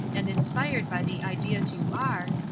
and inspired by the ideas you are,